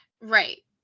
Right